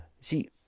see